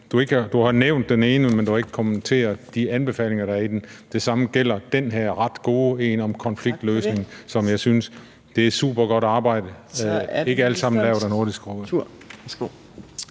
du har nævnt den ene, men du har ikke kommenteret de anbefalinger, der er i den. Det samme gælder den her ret gode rapport om konfliktløsning, som jeg synes er et stykke supergodt arbejde, og det er ikke alt sammen lavet af Nordisk Råd.